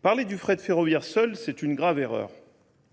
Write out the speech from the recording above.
Parler du frais de ferroviaire seul, c'est une grave erreur.